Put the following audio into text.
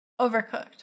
Overcooked